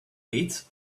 eighth